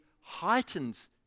heightens